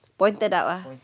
pointed out ah